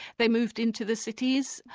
they moved into the cities,